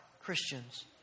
Christians